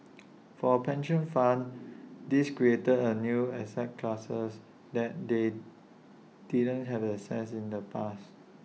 for A pension funds this creates A new asset class that they didn't have access in the past